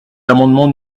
l’amendement